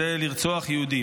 שהוא לרצוח יהודים.